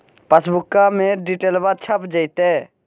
पासबुका में डिटेल्बा छप जयते?